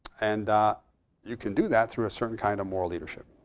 and you can do that through a certain kind of moral leadership.